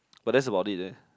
but that's about it eh